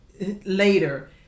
later